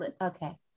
Okay